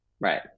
Right